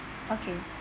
okay